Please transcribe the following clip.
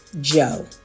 Joe